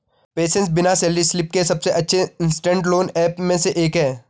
PaySense बिना salary slip के सबसे अच्छे इंस्टेंट लोन ऐप में से एक है